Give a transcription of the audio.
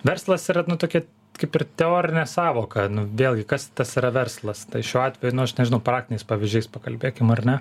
verslas yra nu tokia kaip ir teorinė sąvoka nu vėlgi kas tas yra verslas tai šiuo atveju nu aš nežinau praktiniais pavyzdžiais pakalbėkim ar ne